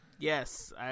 Yes